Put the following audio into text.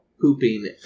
pooping